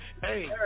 Hey